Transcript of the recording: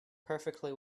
perfectly